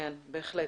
בהחלט.